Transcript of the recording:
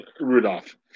Rudolph